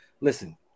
Listen